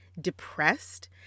depressed